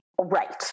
Right